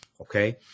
Okay